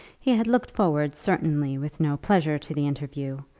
he had looked forward certainly with no pleasure to the interview,